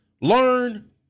learn